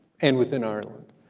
and within ireland,